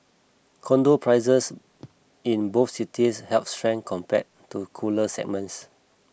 condo prices in both cities held strength compared to cooler segments